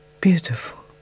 beautiful